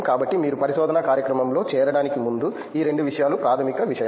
కాబట్టి మీరు పరిశోధన కార్యక్రమంలో చేరడానికి ముందు ఈ రెండు విషయాలు ప్రాథమిక విషయాలు